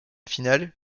finale